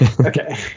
Okay